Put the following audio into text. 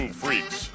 freaks